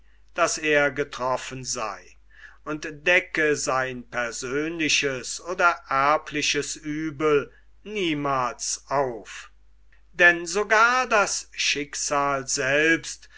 daß er getroffen sei und decke sein persönliches oder erbliches uebel niemals auf denn sogar das schicksal selbst